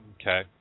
okay